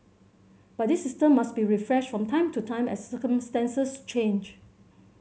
but this system must be refreshed from time to time as circumstances change